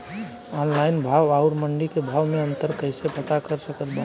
Online भाव आउर मंडी के भाव मे अंतर कैसे पता कर सकत बानी?